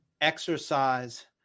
exercise